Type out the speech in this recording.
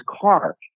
car